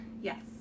yes